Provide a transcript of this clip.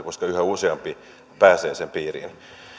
koska yhä useampi pääsee sen piiriin